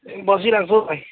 बसिरहेको छु हौ भाइ